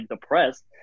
depressed